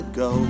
go